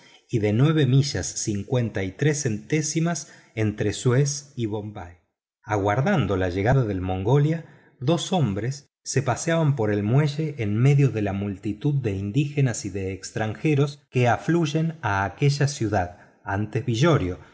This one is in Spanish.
y de nueve millas cincuenta y tres centésimas entre suez y bombay aguardando la llegada del mongolia dos hombres se paseaban en el muelle en medio de la multitud de indígenas y de extranjeros que afluyen a aquella ciudad antes villorrio